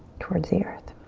towards the earth.